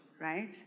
right